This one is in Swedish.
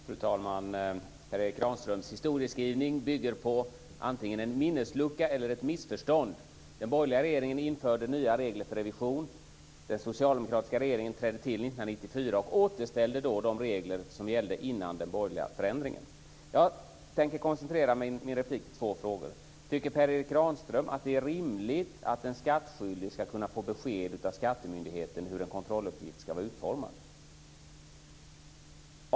Fru talman! Per Erik Granströms historieskrivning bygger på antingen en minneslucka eller ett missförstånd. Den borgerliga regeringen införde nya regler för revision. Den socialdemokratiska regeringen trädde till 1994 och återställde då de regler som gällde före den borgerliga förändringen. Jag tänkte koncentrera min replik på två frågor. Tycker Per Erik Granström att det är rimligt att en skattskyldig ska kunna få besked av skattemyndigheten hur en kontrolluppgift ska vara utformad?